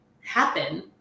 happen